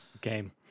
Game